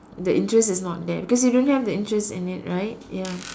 that interest is not there because you don't have the interest in it right ya